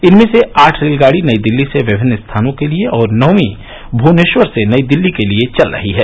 इनमें से आठ रेलगाड़ी नई दिल्ली से विभिन्न स्थानों के लिए और नौवीं भुवनेश्वर से नई दिल्ली के लिए चल रही है